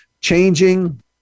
changing